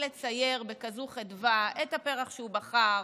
לצייר בכזאת חדווה את הפרח שהוא בחר,